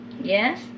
Yes